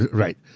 right.